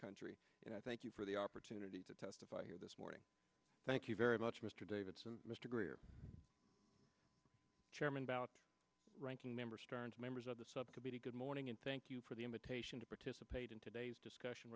country and i thank you for the opportunity to testify here this morning thank you very much mr davidson mr greer chairman about ranking member starr and members of the subcommittee good morning and thank you for the invitation to participate in today's discussion